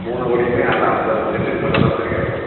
மூணு கோடியுமே அந்த ஐம்பது சென்ட்டுக்கு மட்டும் தான் சரியாக இருக்கும்